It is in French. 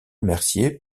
mercier